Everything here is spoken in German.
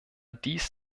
dies